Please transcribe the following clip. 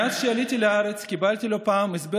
מאז שעליתי לארץ קיבלתי לא פעם הסבר